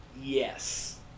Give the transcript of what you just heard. Yes